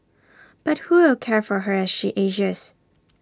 but who will care for her as she ages